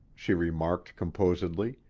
she remarked composedly,